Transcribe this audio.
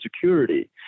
security